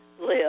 live